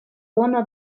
bono